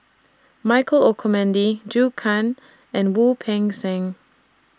Michael Olcomendy Zhou Can and Wu Peng Seng